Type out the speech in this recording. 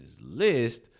list